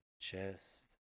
chest